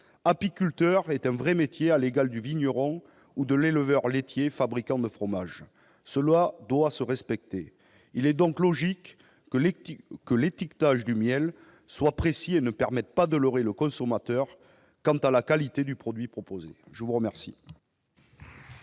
Apiculteur est un vrai métier, à l'égal de vigneron ou d'éleveur laitier fabricant de fromages. Cela doit se respecter. Il est donc logique que l'étiquetage du miel soit précis et ne permette pas de leurrer le consommateur quant à la qualité du produit proposé. Je suis saisi